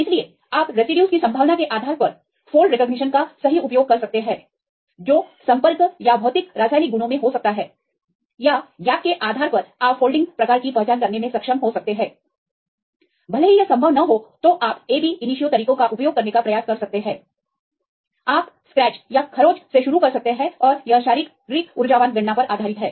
इसलिए आप रेसिड्यूज की संभावना के आधार पर फोल्ड रेकॉग्निशन का सही उपयोग कर सकते हैं जो संपर्क या भौतिक रासायनिक गुणों में हो सकता है या अंतराल के आधार पर आप फोल्डिंग प्रकार की पहचान करने में सक्षम हो सकते हैं भले ही यह संभव न हो तो आप ab initio तरीकों का उपयोग करने का प्रयास कर सकते हैं आप स्क्रैच से शुरू कर सकते हैं और यह शारीरिक ऊर्जावान गणना पर आधारित है